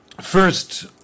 First